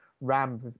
ram